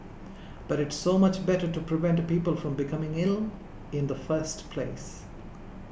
but it's so much better to prevent people from becoming ill in the first place